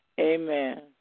Amen